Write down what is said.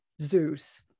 zeus